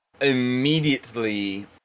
immediately